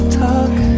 talk